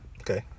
Okay